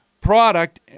product